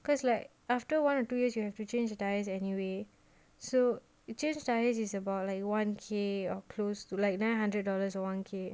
cause like after one or two years you have to change the tyres anyway so you change tyre is about like one K or close to like nine hundred dollars or one K